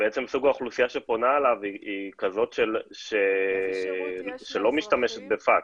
שסוג האוכלוסייה שפונה אליו היא כזאת שלא משתמשת בפקס.